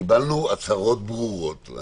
קיבלנו הצהרות ברורות.